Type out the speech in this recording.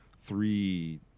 three